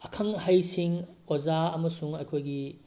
ꯑꯈꯪ ꯑꯍꯩꯁꯤꯡ ꯑꯣꯖꯥ ꯑꯃꯁꯨꯡ ꯑꯩꯈꯣꯏꯒꯤ